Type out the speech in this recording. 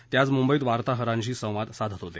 ते आज मुंबईत वार्ताहरांशी संवाद साधत होते